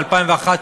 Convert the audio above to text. ב-2011,